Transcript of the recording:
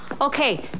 Okay